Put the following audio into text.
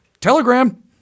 Telegram